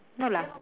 no lah